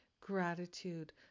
gratitude